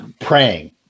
praying